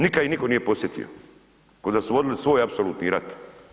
Nikad ih nitko nije posjetio, kao da su vodili svoj apsolutni rat.